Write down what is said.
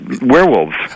werewolves